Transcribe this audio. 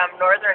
Northern